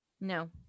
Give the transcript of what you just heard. no